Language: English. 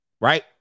Right